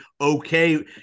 okay